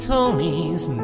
Tony's